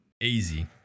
Easy